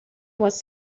was